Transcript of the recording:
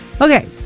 Okay